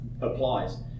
applies